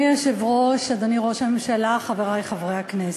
היושב-ראש, אדוני ראש הממשלה, חברי חברי הכנסת,